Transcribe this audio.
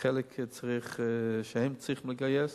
חלק צריך, הם צריכים לגייס.